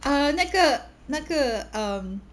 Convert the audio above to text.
ah 那个那个 um